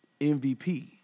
MVP